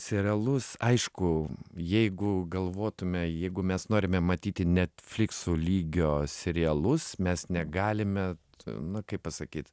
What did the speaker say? serialus aišku jeigu galvotume jeigu mes norime matyti netfliksų lygio serialus mes negalime na kaip pasakyt